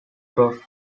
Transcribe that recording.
though